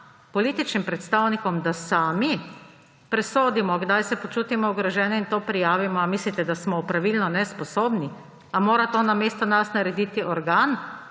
političnim predstavnikom, da sami presodimo, kdaj se počutimo ogrožene, in to prijavimo. Ali mislite, da smo opravilno nesposobni? Ali mora to namesto nas narediti organ,